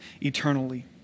eternally